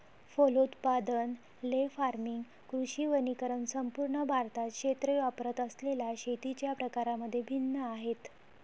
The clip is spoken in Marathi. फलोत्पादन, ले फार्मिंग, कृषी वनीकरण संपूर्ण भारतात क्षेत्रे वापरत असलेल्या शेतीच्या प्रकारांमध्ये भिन्न आहेत